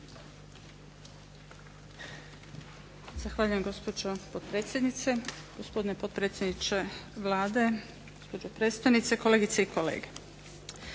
Zahvaljujem gospođo potpredsjednice. Gospodine potpredsjedniče Vlade, gospođo predstojnice, kolegice i kolege.